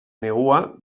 negua